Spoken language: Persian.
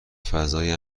فضای